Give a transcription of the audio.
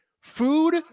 food